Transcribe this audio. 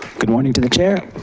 good morning to the chair,